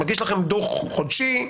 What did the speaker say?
מגיש לכם דו"ח חודשי,